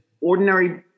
ordinary